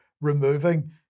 removing